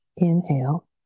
Inhale